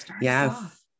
Yes